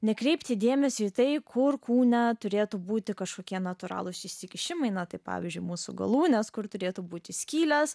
nekreipti dėmesio į tai kur kūne turėtų būti kažkokie natūralūs išsikišimai na tai pavyzdžiui mūsų galūnės kur turėtų būti skyles